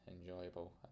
enjoyable